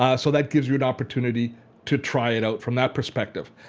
ah so that gives you an opportunity to try it out from that perspective.